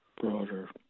broader